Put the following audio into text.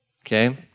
Okay